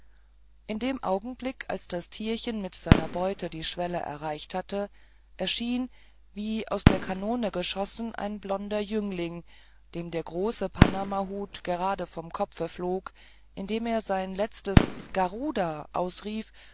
in dem augenblick als das tierchen mit seiner beute die schwelle erreicht hatte erschien wie aus der kanone geschossen ein blonder jüngling dem der große panamahut gerade vom kopfe flog indem er sein letztes garuda ausrief